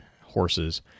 horses